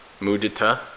Mudita